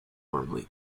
normally